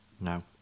No